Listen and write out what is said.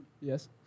Yes